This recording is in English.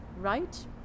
right